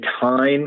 time